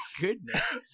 goodness